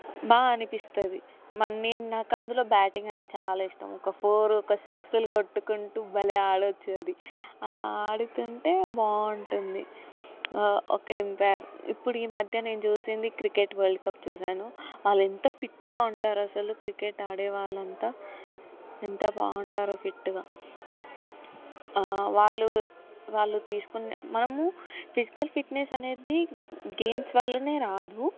బాగా అనిపిస్తుంది మన్ నేను నాక్ అందులో బ్యాటింగ్ అంటే చాలా ఇష్టం ఒక ఫోర్ ఒక సిక్స్లు కొట్టుకుంటూ భలే ఆడవచ్చు అది అలా ఆడుతుంటే బాగుంటుంది ఒక ఎంపైర్ ఇప్పుడు ఈ మధ్యన నేను చూసింది క్రికెట్ వరల్డ్ కప్ చూశాను వాళ్ళు ఎంత ఫిట్గా ఉంటారు అసలు క్రికెట్ ఆడేవాళ్లంతా ఎంత బాగుంటారు ఫిట్గా వాళ్ళు వాళ్ళు తీసుకునే మనము ఫిజికల్ ఫిట్నెస్ అనేది గేమ్స్ వల్లనే రాదు